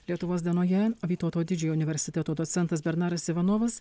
lietuvos dienoje vytauto didžiojo universiteto docentas bernaras ivanovas